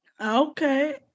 okay